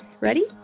Ready